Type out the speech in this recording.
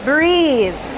Breathe